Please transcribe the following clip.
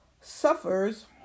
suffers